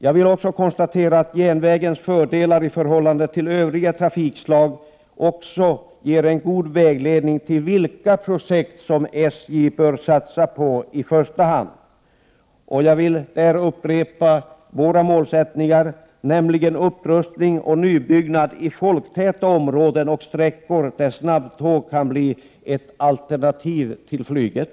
Jag konstaterar också att järnvägens fördelar i förhållande till övriga trafikslag även ger en god vägledning i fråga om vilka projekt som SJ i första hand bör satsa på. Jag vill upprepa att det är vår målsättning att åstadkomma upprustning och nybyggnad i folktäta områden och på sträckor där snabbtåg kan bli ett alternativ till flyget.